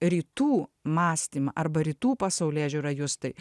rytų mąstymą arba rytų pasaulėžiūra justai